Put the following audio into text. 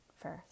first